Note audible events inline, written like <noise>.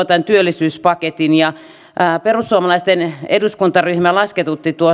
<unintelligible> tämän työllisyyspaketin perussuomalaisten eduskuntaryhmä lasketutti